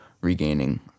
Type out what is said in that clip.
regaining